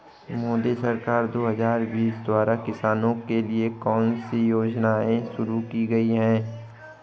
मोदी सरकार दो हज़ार बीस द्वारा किसानों के लिए कौन सी योजनाएं शुरू की गई हैं?